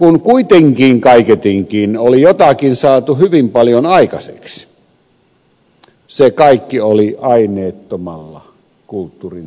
kun kuitenkin kaikitenkin oli jotakin saatu hyvin paljon aikaiseksi se kaikki oli aineettomalla kulttuurin saralla